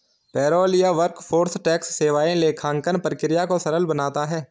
payroll या workforce tax सेवाएं लेखांकन प्रक्रिया को सरल बनाता है